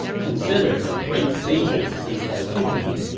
consider the great sages since antiquity,